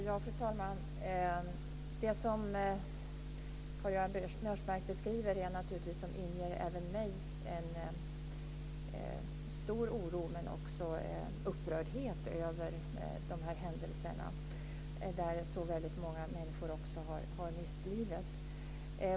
Fru talman! Det som Karl-Göran Biörsmark beskriver är naturligtvis något som inger även mig en stor oro. Jag känner också upprördhet över dessa händelser där så många människor har mist livet.